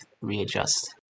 readjust